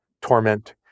torment